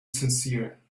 sincere